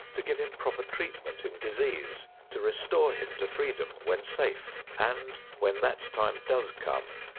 to give him proper treatment in disease, to restore him to freedom when safe, and, when that time does come,